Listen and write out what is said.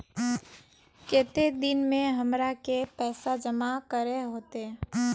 केते दिन में हमरा के पैसा जमा करे होते?